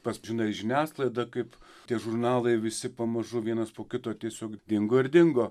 pats žinai žiniasklaida kaip tie žurnalai visi pamažu vienas po kito tiesiog dingo ir dingo